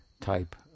type